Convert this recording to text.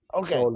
okay